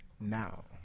now